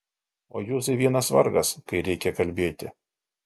o juzai vienas vargas kai reikia kalbėti